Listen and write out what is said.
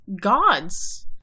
gods